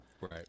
Right